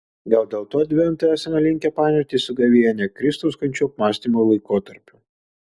gal dėl to adventą esame linkę painioti su gavėnia kristaus kančių apmąstymo laikotarpiu